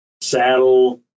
saddle